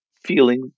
feeling